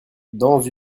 dans